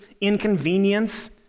inconvenience